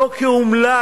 לא כאומלל?